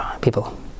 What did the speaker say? people